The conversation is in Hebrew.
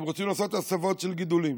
אם רוצים לעשות הסבות של גידולים